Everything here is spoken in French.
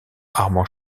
armand